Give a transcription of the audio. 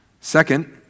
Second